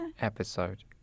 episode